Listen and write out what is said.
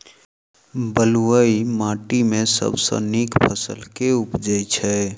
बलुई माटि मे सबसँ नीक फसल केँ उबजई छै?